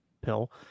pill